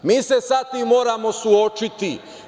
Mi se sa tim moramo suočiti.